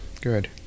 good